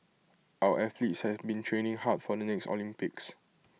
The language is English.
our athletes have been training hard for the next Olympics